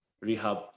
rehab